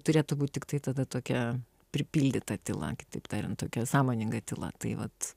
turėtų būt tiktai tada tokia pripildyta tyla kitaip tariant tokia sąmoninga tyla tai vat